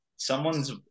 Someone's